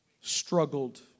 struggled